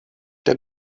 der